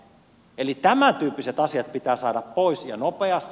eli tämäntyyppiset asiat pitää saada pois ja nopeasti